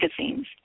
magazines